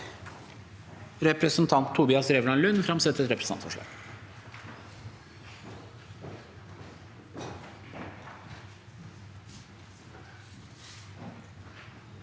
Representanten Tobias Drevland Lund vil framsette et representantforslag.